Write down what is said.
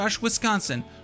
Wisconsin